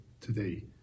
today